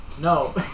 No